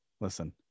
Listen